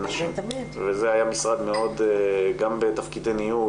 גם בתפקידי ניהול,